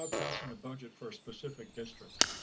ah passing a budget for a specific district.